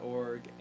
.org